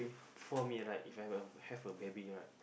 for me right If I have have a baby right